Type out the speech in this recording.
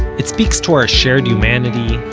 it speaks to our shared humanity,